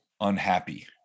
unhappy